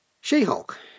She-Hulk